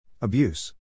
Abuse